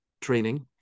training